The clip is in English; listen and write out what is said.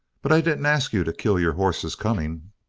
but i didn't ask you to kill your horses coming.